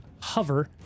hover